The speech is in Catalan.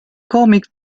còmic